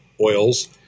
oils